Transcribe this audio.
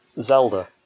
Zelda